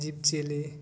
ᱡᱤᱵᱽ ᱡᱤᱭᱟᱹᱞᱤ